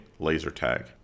Lasertag